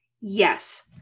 yes